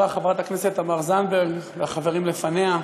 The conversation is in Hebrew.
חברת הכנסת תמר זנדברג והחברים לפניה,